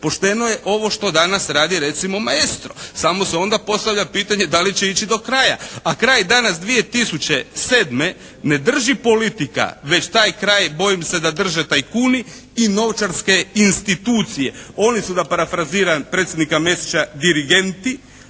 Pošteno je ovo što danas radi recimo maestro. Samo se onda postavlja pitanje da li će ići do kraja. A kraj je danas 2007. ne drži politika, već taj kraj bojim se da drže tajkuni i novčarske institucije. Oni su da parafraziram predsjednika Mesića dirigenti,